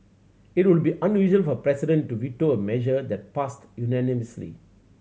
it would be unusual for a president to veto a measure that passed unanimously